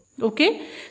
Okay